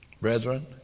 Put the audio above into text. Brethren